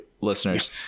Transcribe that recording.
listeners